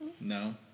No